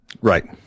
Right